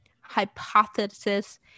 hypothesis